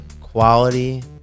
quality